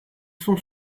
sont